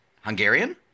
Hungarian